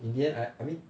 in the end I I mean